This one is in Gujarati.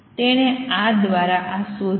તેણે આ દ્વારા આ શોધ્યું